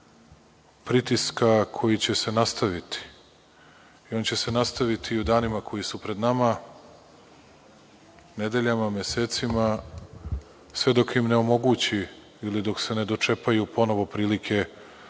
pritiska koji će se nastaviti. On će se nastaviti i u danima koji su pred nama, nedeljama, mesecima, sve dok im ne omogući ili dok se ne dočepaju ponovo prilike